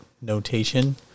notation